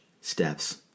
steps